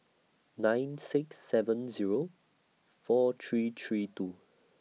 nine six seven Zero four three three two